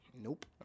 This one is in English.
Nope